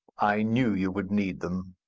i knew you would need them.